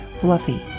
Fluffy